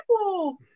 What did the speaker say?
people